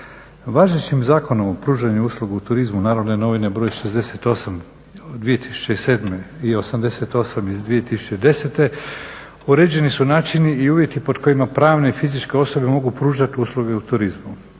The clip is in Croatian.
Važećim Zakonom o pružanju usluga u turizmu, "Narodne novine" br. 68/07. i 88/10., uređeni su načini i uvjeti pod kojima pravne i fizičke osobe mogu pružati usluge u turizmu.